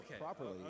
properly